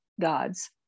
gods